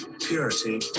purity